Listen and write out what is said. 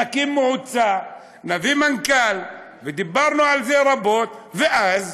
נקים מועצה, נביא מנכ"ל, דיברנו על זה רבות, ואז,